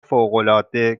فوقالعاده